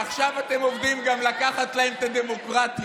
עכשיו אתם עומדים גם לקחת להם את הדמוקרטיה.